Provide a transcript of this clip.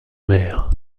mer